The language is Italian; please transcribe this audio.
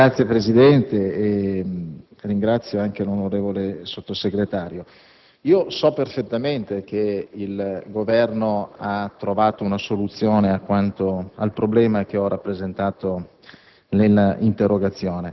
Signor Presidente, ringrazio lei ed il Sottosegretario. So perfettamente che il Governo ha trovato una soluzione al problema che ho rappresentato